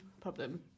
problem